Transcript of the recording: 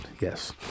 Yes